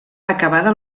acabada